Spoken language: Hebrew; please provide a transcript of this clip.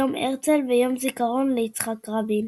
יום הרצל ויום הזיכרון ליצחק רבין.